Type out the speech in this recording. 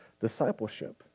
discipleship